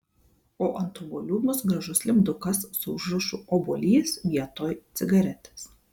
o ant obuolių bus gražus lipdukas su užrašu obuolys vietoj cigaretės